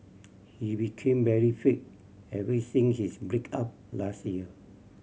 he became very fit ever since his break up last year